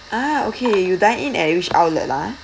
ah okay you dined in at which outlet ah